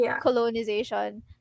colonization